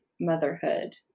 motherhood